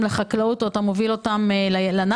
לחקלאות או אם אתה מוביל אותם לנחל.